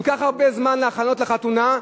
כל כך הרבה זמן להכנות לחתונה,